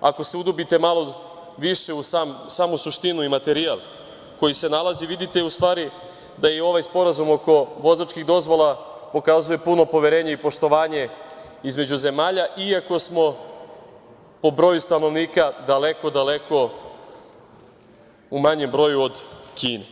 ako se udubite malo više u samu suštinu i materijal koji se nalazi, vidite u stvari da i ovaj Sporazum oko vozačkih dozvola pokazuje puno poverenje i poštovanja između zemalja, iako smo po broju stanovnika daleko, daleko u manjem broju od Kine.